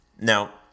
Now